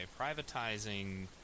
privatizing